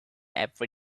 every